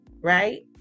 right